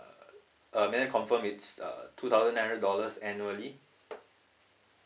uh then I confirm it's uh two thousand nine hundred dollars annually